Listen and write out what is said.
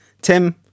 Tim